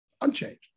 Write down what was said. unchanged